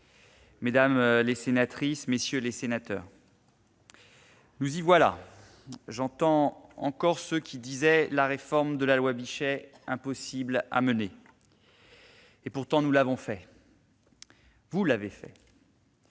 mesdames les sénatrices, messieurs les sénateurs, nous y voilà ! J'entends encore ceux qui disaient la réforme de la loi Bichet impossible à mener ... Pourtant, nous l'avons fait ! Vous l'avez fait